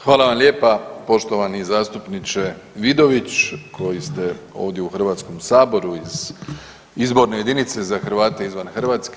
Hvala vam lijepa poštovani zastupniče Vidović koji ste ovdje u Hrvatskom saboru iz izborne jedinice za Hrvate izvan Hrvatske.